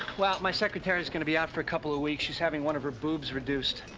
well, my secretary is gonna be out for a couple of weeks. she's having one of her boobs reduced.